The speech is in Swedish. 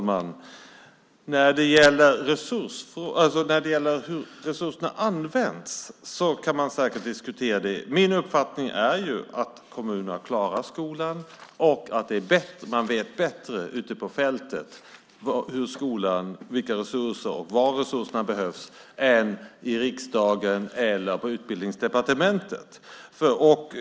Herr talman! Hur resurserna används kan man säkert diskutera. Min uppfattning är att kommunerna klarar skolan och att man vet bättre ute på fältet vilka resurser som behövs i skolan och var än i riksdagen eller på Utbildningsdepartementet.